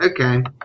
okay